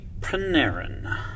Panarin